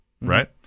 right